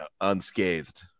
unscathed